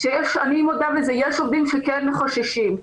שיש עובדים שכן חוששים,